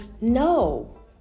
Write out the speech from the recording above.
no